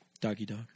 Doggy-dog